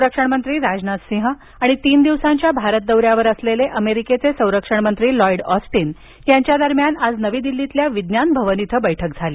संरक्षणमंत्री राजनाथसिंह आणि तीन दिवसांच्या भारत दौऱ्यावर असलेले अमेरिकेचे संरक्षणमंत्री लॉईड ऑस्टिन यांच्या दरम्यान आज नवी दिल्लीत विज्ञान भवन इथं बैठक झाली